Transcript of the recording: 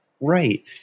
Right